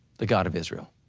the god of israel.